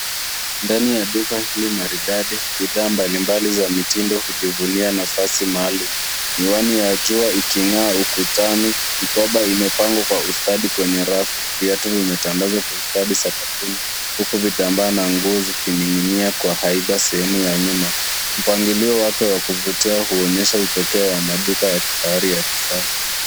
Ndani ya duka hili maridadi bidhaa mbalimbali za mitindo hujivunia nafasi maalum. Miwani ya jua iking'aa ukutani. Mikoba imepangwa kwa ustadi kwenye rafu. VIatu vimetandazwa kwa ustadi sakafuni huku vitamba na nguo zikining'inia kwa haiba sehemu ya nyuma. Mpangilio wake wa kuvutia huonyesha upekee wa maduka ya kifahari ya kisasa.